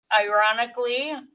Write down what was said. Ironically